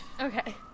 Okay